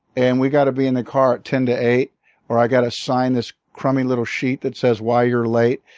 and we've got to be in the car at ten to eight or i've got to sign this crummy little sheet that says why you're late.